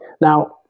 Now